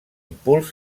impuls